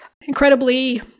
incredibly